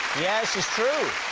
yes, it's true.